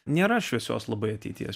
nėra šviesios labai ateities